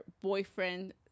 boyfriend